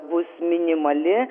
bus minimali